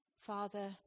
Father